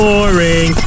Boring